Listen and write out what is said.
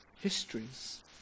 histories